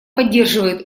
поддерживает